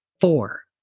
Four